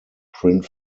print